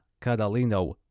Catalino